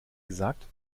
gesagt